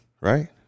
right